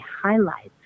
highlights